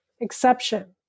exception